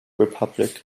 republic